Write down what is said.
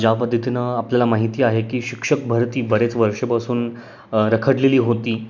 ज्या पद्धतीनं आपल्याला माहिती आहे की शिक्षक भरती बरेच वर्षापासून रखडलेली होती